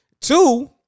Two